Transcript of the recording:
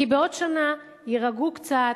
כי בעוד שנה יירגעו קצת,